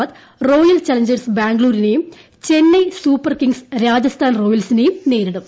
ബാദ് royal challengers ബാംഗ്ലൂരിനെയും Chennai super kings Rajasthan റോയൽസിനെയും നേരിടും